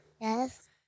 Yes